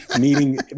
meeting